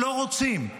לא רוצים.